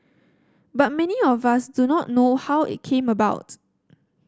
but many of us do not know how it came about